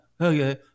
okay